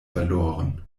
verloren